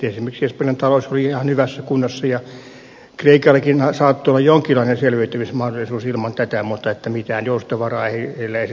esimerkiksi espanjan talous oli ihan hyvässä kunnossa ja kreikallakin saattoi olla jonkinlainen selviytymismahdollisuus ilman tätä mutta mitään joustovaraa niillä ei sitten enää ollut